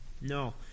No